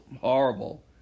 horrible